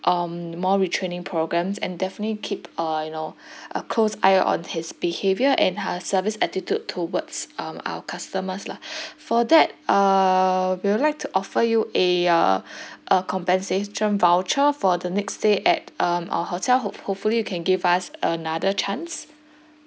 um more retraining programmes and definitely keep uh you know a close eye on his behaviour and her service attitude towards um our customers lah for that uh we would like to offer you a uh a compensation voucher for the next stay at um our hotel hope hopefully you can give us another chance